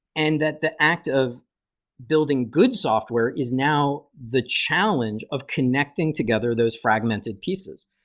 and that the act of building good software is now the challenge of connecting together those fragmented pieces.